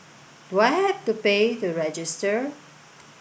do I have to pay to register